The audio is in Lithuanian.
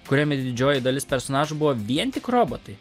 kuriame didžioji dalis personažų buvo vien tik robotai